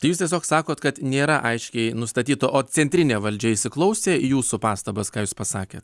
jūs tiesiog sakot kad nėra aiškiai nustatyta o centrinė valdžia įsiklausė į jūsų pastabas ką jūs pasakėt